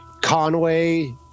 Conway